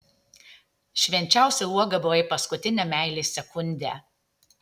švenčiausia uoga buvai paskutinę meilės sekundę